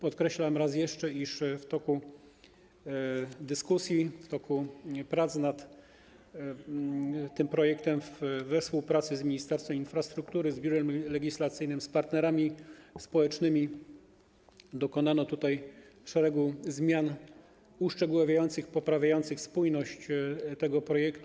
Podkreślam raz jeszcze, iż w toku dyskusji, w toku prac nad tym projektem, we współpracy z Ministerstwem Infrastruktury, z Biurem Legislacyjnym, z partnerami społecznymi, dokonano szeregu zmian uszczegóławiających, poprawiających spójność tego projektu.